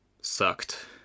sucked